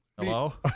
Hello